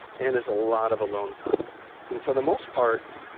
and it's a lot of alone time. and for the most part,